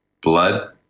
blood